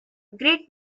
great